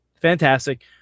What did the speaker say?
Fantastic